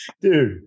dude